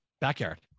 Backyard